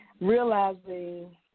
realizing